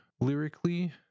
lyrically